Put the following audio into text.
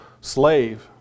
slave